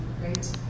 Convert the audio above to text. right